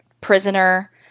prisoner